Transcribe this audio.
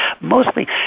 mostly